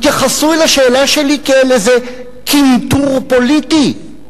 התייחסו אל השאלה שלי כאל איזה קנטור פוליטי.